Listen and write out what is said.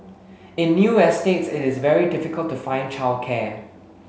in new estates it is very difficult to find childcare